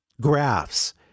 graphs